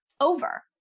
over